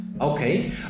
Okay